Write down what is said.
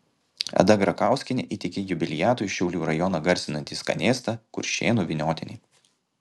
ada grakauskienė įteikė jubiliatui šiaulių rajoną garsinantį skanėstą kuršėnų vyniotinį